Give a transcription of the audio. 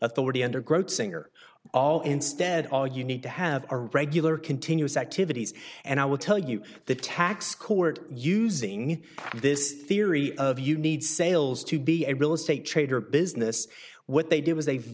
authority under grossinger all instead all you need to have a regular continuous activities and i will tell you the tax court using this theory of you need sales to be a real estate trader business what they do is they